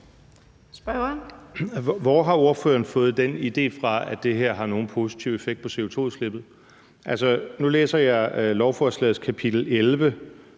Hvor har ordføreren fået den idé fra, at det her har nogen positiv effekt på CO2-udslippet? Nu læser jeg lovforslagets kapitel 11